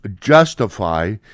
justify